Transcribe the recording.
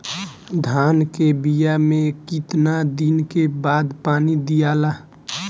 धान के बिया मे कितना दिन के बाद पानी दियाला?